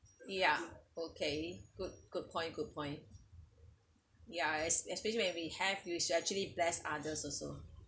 ya okay good good point good point ya es~ especially when we have you should actually bless others also